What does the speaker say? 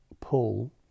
pull